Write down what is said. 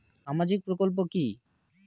সামাজিক প্রকল্প কি?